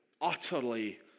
utterly